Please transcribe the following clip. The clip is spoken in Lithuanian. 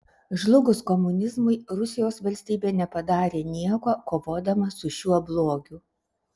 žlugus komunizmui rusijos valstybė nepadarė nieko kovodama su šiuo blogiu